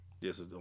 Yes